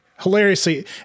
Hilariously